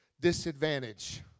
disadvantage